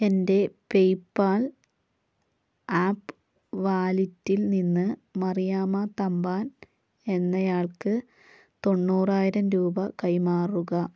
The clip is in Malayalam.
എൻ്റെ പേപ്പാൽ ആപ്പ് വാലറ്റിൽ നിന്ന് മറിയാമ്മ തമ്പാൻ എന്നയാൾക്ക് തൊണ്ണൂറായിരം രൂപ കൈമാറുക